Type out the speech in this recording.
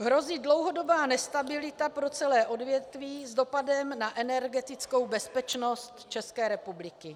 Hrozí dlouhodobá nestabilita pro celé odvětví s dopadem na energetickou bezpečnost České republiky.